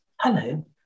hello